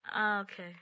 Okay